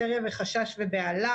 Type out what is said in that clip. היסטריה ובהלה,